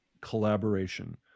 collaboration